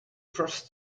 first